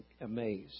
amazed